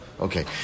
Okay